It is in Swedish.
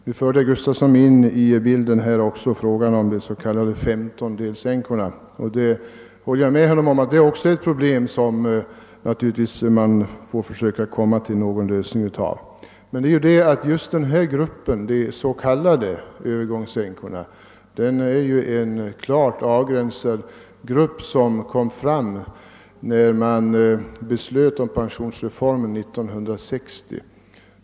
Herr Gustavsson förde också in i debatten frågan om de s.k. femtondedelsänkorna, vilkas situation utgör ett verkligt problem som man måste försöka lösa på något sätt. Men just gruppen övergångsänkorna är ju en klart avgränsad grupp som uppkom vid beslutet om pensionsreformen år 1960.